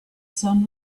sun